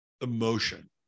emotion